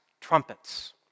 trumpets